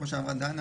כמו שאמרה דנה,